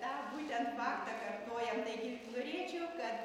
tą būtent faktą kartojam taigi norėčiau kad